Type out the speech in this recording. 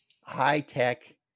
high-tech